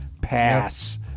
pass